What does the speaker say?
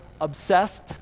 obsessed